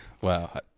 Wow